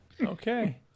Okay